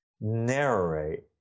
narrate